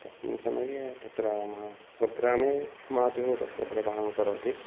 तस्मिन् समये तत्र मा स्वग्रामे मातुः तस्य प्रभावं करोति